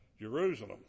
Jerusalem